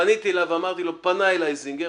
פניתי אליו ואמרתי לו: פנה אליי זינגר,